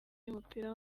y’umupira